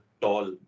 tall